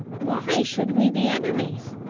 why should we be enemies?